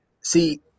See